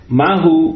mahu